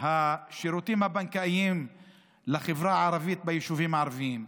השירותים הבנקאיים לחברה הערבית ביישובים הערביים,